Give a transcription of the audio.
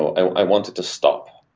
i want it to stop.